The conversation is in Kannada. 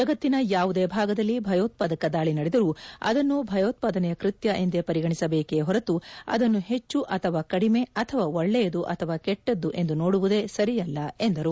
ಜಗತ್ತಿನ ಯಾವುದೇ ಭಾಗದಲ್ಲಿ ಭೆಯೋತ್ವಾದಕ ದಾಳಿ ನಡೆದರೂ ಅದನ್ನು ಭೆಯೋತ್ವಾದನೆಯ ಕೃತ್ಯ ಎಂದೇ ಪರಿಗಣಿಸಬೇಕೇ ಹೊರತು ಅದನ್ನು ಹೆಚ್ಚು ಅಥವಾ ಕಡಿಮೆ ಅಥವಾ ಒಳ್ಳೆಯದು ಅಥವಾ ಕೆಟ್ಟದ್ದು ಎಂದು ನೋಡುವುದೇ ಸರಿಯಲ್ಲ ಎಂದರು